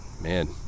man